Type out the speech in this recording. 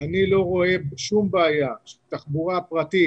אני לא רואה שום בעיה שתחבורה פרטית